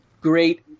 Great